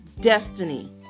destiny